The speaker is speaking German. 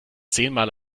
zehnmal